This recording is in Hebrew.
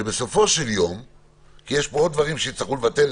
יש כל מיני דברים שצריכים לבטל,